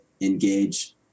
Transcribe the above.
engage